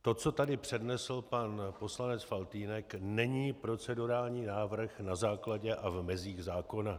To, co tady přednesl pan poslanec Faltýnek, není procedurální návrh na základě a v mezích zákona.